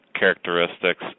Characteristics